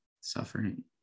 suffering